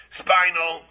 spinal